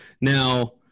Now